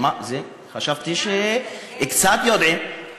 חשבתי שקצת יודעים.